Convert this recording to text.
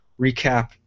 recap